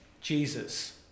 Jesus